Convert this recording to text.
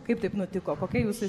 kaip taip nutiko kokia jūsų